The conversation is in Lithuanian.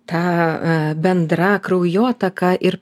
ta bendra kraujotaka ir